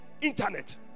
internet